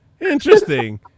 interesting